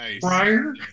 prior